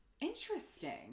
Interesting